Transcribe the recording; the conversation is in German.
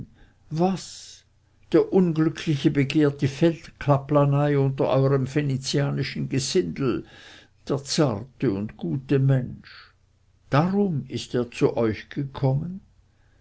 was der unglückliche begehrt die feldkaplanei unter euerm venezianischen gesindel der zarte und gute mensch darum ist er zu euch gekommen